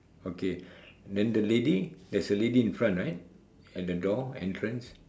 okay then the lady there's a lady in front right at the door entrance